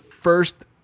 first